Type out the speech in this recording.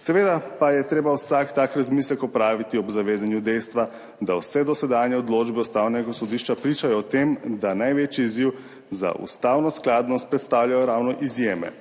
seveda pa je treba vsak tak razmislek opraviti ob zavedanju dejstva, da vse dosedanje odločbe Ustavnega sodišča pričajo o tem, da največji izziv za ustavno skladnost predstavljajo ravno izjeme.